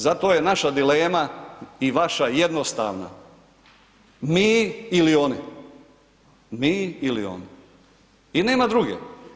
Zato je naša dilema i vaša jednostavna, mi ili oni, mi ili oni i nema druge.